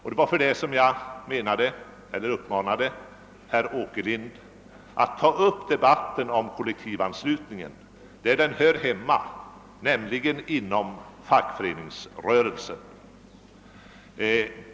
Av denna anledning uppmanar jag herr Åkerlind att ta upp debatten om kollektivanslutning där den hör hemma, nämligen inom fackföreningen.